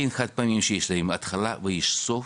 שיש להם התחלה וסוף